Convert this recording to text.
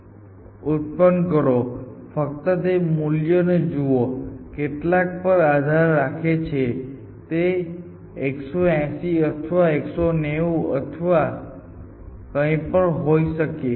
તેથી તેમને ઉત્પન્ન કરો ફક્ત તે મૂલ્યો ને જુઓ કેટલા પર આધાર રાખે છે તે 180 અથવા 190 અથવા કંઈ પણ હોઈ શકે છે